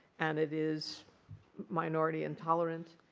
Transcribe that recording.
and it is minority-intolerant.